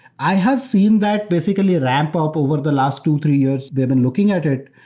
i have seen that basically ramp up over the last two, three years they've been looking at it,